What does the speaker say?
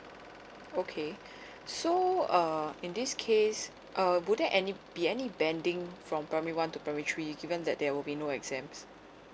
okay so uh in this case uh would there any be any banding from primary one to primary three given that there will be no exams